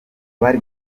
bari